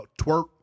twerk